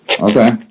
Okay